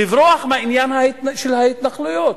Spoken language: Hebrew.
לברוח מהעניין של ההתנחלויות,